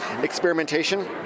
experimentation